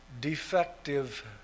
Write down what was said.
defective